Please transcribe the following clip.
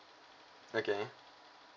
okay